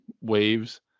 waves